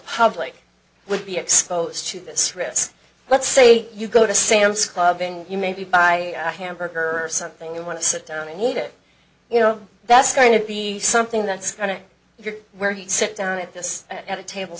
public would be exposed to this risk let's say you go to sam's club and you maybe buy a hamburger or something you want to sit down and eat it you know that's going to be something that's going to europe where he sit down at this at a table